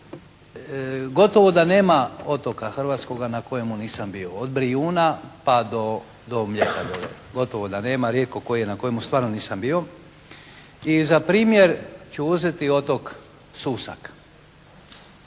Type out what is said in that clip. Gotovo da nema otoka hrvatskoga na kojemu nisam bio, od Brijuna pa do Mljeta, gotovo da nema. Rijetko koji je na kojemu stvarno nisam bio. I za primjer ću uzeti otok Susak.